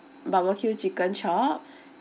barbecue chicken chop